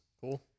Cool